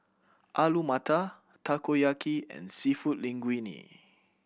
Alu Matar Takoyaki and Seafood Linguine